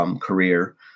career